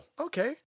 Okay